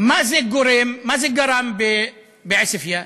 מה זה גרם בעוספיא?